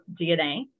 DNA